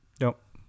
Nope